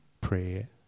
prayer